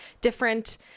different